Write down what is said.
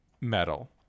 Metal